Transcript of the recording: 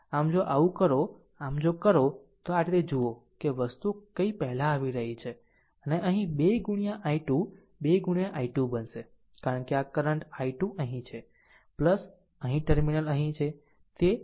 આમ જો આવું કરો જો આમ કરો તો આ રીતે જુઓ કે વસ્તુઓ કઈ પહેલા આવી રહી છે તેને અહીં 2 ગુણ્યા i2 2 ગુણ્યા i2 બનશે કારણ કે આ કરંટ i2 અહીં છે અહીં ટર્મિનલ અહીં છે